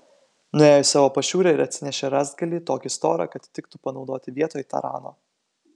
nuėjo į savo pašiūrę ir atsinešė rąstgalį tokį storą kad tiktų panaudoti vietoj tarano